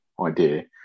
idea